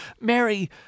Mary